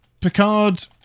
Picard